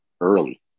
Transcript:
early